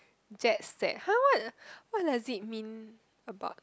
jet set !huh! what what does it mean about